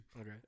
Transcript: okay